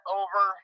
over